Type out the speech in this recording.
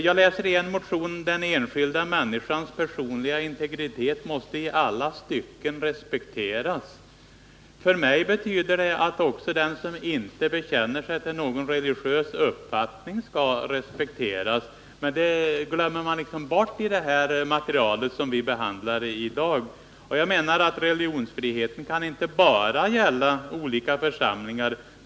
Jag läser i en motion: ”Den enskilda människans personliga integritet måste i alla stycken respekteras.” För mig betyder det att också den som inte 206 bekänner sig till någon religiös uppfattning skall respekteras — men det glömmer man liksom bort i det material som vi behandlar i dag. Jag menar att Nr 149 religionsfrihet skall gälla inte bara i fråga om olika församlingar.